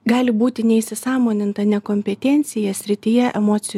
gali būti neįsisąmoninta nekompetencija srityje emocijų